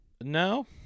No